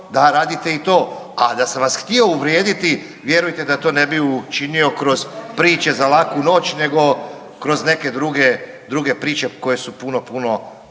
da radite i to. A da sam vas htio uvrijediti, vjerujte da to ne bi učinio kroz priče za laku noć nego kroz neke druge priče koje su puno, puno